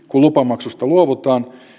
kun lupamaksusta luovutaan käykö niin